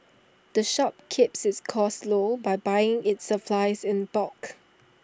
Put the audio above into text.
the shop keeps its costs low by buying its supplies in bulk